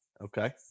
Okay